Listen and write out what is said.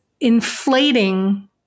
inflating